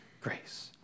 grace